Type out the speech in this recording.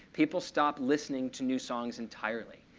people stopped listening to new songs entirely.